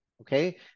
okay